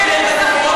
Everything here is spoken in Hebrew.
זאת הדרך?